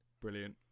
Brilliant